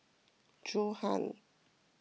Johan